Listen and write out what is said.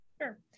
Sure